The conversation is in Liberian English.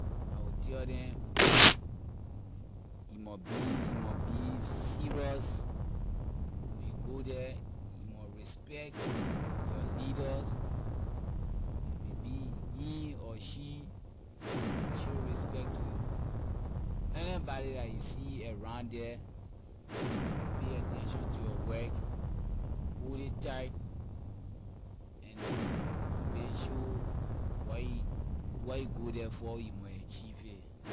I will tell them you mon be you mon be serious when you go the you mon respect your leaders a maybe he or she you mon show respect to anybody la you see around the pay attention to your work hold ley tight and make sure what you what you go the for you mon achieve it.